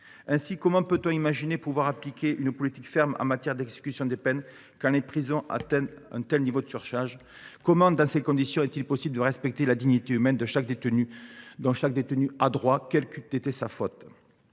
! Comment peut on imaginer appliquer une politique ferme en matière d’exécution des peines, quand les prisons atteignent un tel niveau de surcharge ? Comment, dans ces conditions, est il possible de respecter la dignité humaine à laquelle chaque détenu a droit, quelle qu’ait été sa faute ?